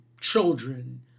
children